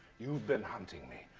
you've been hunting me.